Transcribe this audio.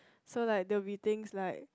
so like there will be things like